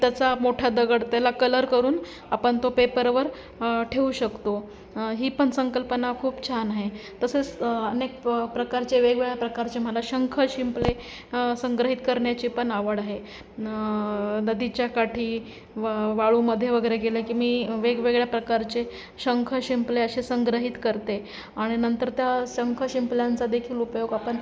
त्याचा मोठा दगड त्याला कलर करून आपण तो पेपरवर ठेवू शकतो ही पण संकल्पना खूप छान आहे तसेस अनेक प् प्रकारचे वेगवेगळ्या प्रकारचे मला शंख शिंपले संग्रहित करण्याची पण आवड आहे न् नदीच्या काठी व् वाळूमध्ये वगैरे गेले की मी वेगवेगळ्या प्रकारचे शंख शिंपले असे संग्रहित करते आहे आणि नंतर त्या शंख शिंपल्यांचादेखील उपयोग आपण